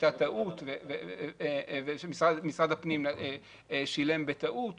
שהייתה טעות ומשרד הפנים שילם בטעות